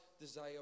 desire